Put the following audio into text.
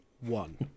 one